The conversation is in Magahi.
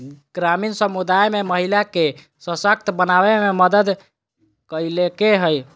ग्रामीण समुदाय में महिला के सशक्त बनावे में मदद कइलके हइ